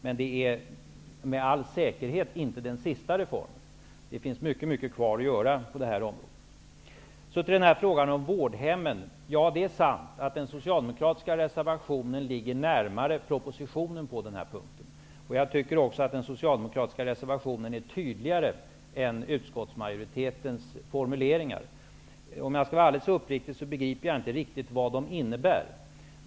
Men med all säkerhet är det inte den sista reformen. Mycket återstår att göra på det här området. Jag går vidare till frågan om vårdhemmen. Det är sant att den socialdemokratiska reservationen ligger närmare propositionen på denna punkt. Den socialdemokratiska reservationen är också tydligare än utskottsmajoritetens formuleringar. Om jag skall vara alldeles uppriktig begriper jag inte riktigt vad de innebär.